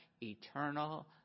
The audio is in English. eternal